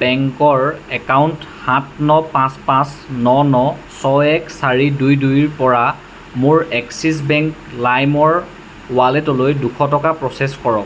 বেংকৰ একাউণ্ট সাত ন পাঁচ পাঁচ ন ন ছয় এক চাৰি দুই দুইৰ পৰা মোৰ এক্সিছ বেংক লাইমৰ ৱালেটলৈ দুশ টকা প্ৰ'চেছ কৰক